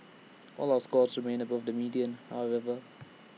all our scores remain above the median however